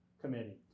committee